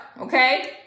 Okay